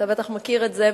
אתה בטח מכיר את זה,